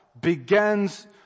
begins